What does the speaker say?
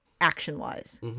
action-wise